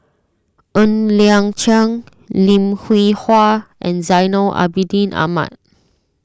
Ng Liang Chiang Lim Hwee Hua and Zainal Abidin Ahmad